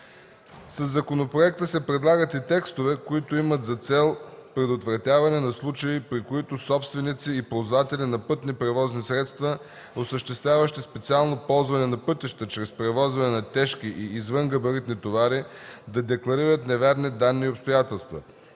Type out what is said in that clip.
Със законопроекта се предлагат и текстове, които имат за цел предотвратяване на случаи, при които собственици и ползватели на пътни превозни средства, осъществяващи специално ползване на пътищата чрез превозване на тежки и извънгабаритни товари, да декларират неверни данни и обстоятелства.